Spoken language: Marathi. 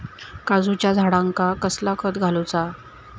काजूच्या झाडांका कसला खत घालूचा?